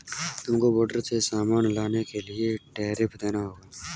तुमको बॉर्डर से सामान लाने के लिए टैरिफ देना होगा